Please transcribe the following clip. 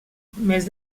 més